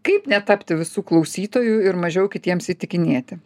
kaip netapti visų klausytoju ir mažiau kitiems įtikinėti